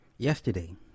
Yesterday